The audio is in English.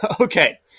Okay